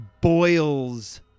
boils